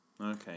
Okay